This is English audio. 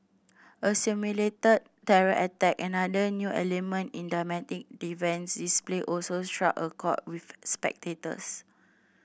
a simulated terror attack another new element in the dynamic defence display also struck a chord with spectators